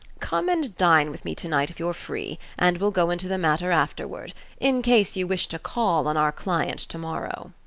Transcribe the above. come and dine with me tonight if you're free, and we'll go into the matter afterward in case you wish to call on our client tomorrow.